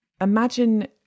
imagine